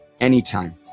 anytime